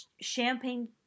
champagne